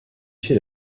fait